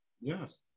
Yes